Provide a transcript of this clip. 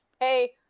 hey